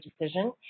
decision